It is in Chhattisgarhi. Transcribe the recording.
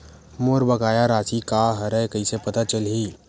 मोर बकाया राशि का हरय कइसे पता चलहि?